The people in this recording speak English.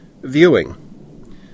Viewing